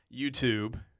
YouTube